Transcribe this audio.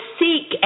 seek